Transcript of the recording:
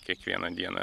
kiekvieną dieną